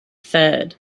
third